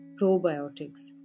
probiotics